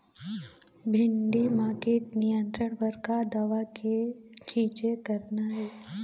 भिंडी म कीट नियंत्रण बर का दवा के छींचे करना ये?